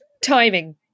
timing